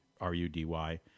R-U-D-Y